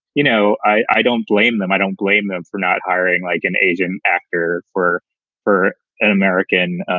you know, i don't blame them. i don't blame them for not hiring like an asian actor for for an american